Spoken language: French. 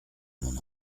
mon